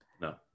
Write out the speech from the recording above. No